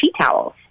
towels